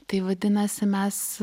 tai vadinasi mes